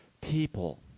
people